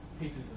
pieces